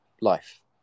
life